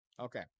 Okay